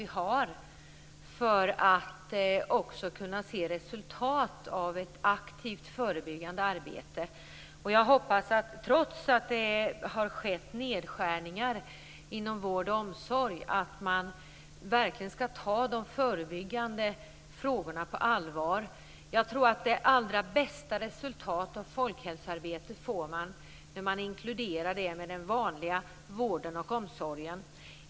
Där har vi kunnat se resultat av ett aktivt förebyggande arbete. Trots att det har skett nedskärningar inom vård och omsorg, hoppas jag att man verkligen skall ta de förebyggande frågorna på allvar. Jag tror att det allra bästa resultatet av folkhälsoarbetet får man när man inkluderar det med den vanliga vården och omsorgen.